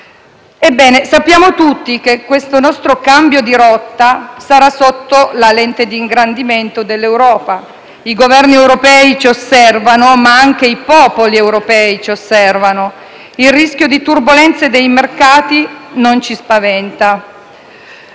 Ebbene, sappiamo tutti che questo nostro cambio di rotta sarà sotto la lente di ingrandimento dell'Europa; i Governi europei ci osservano, così come i popoli europei. Il rischio di turbolenze dei mercati non ci spaventa.